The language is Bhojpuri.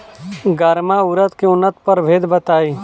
गर्मा उरद के उन्नत प्रभेद बताई?